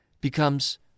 becomes